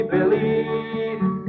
Billy